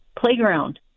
playground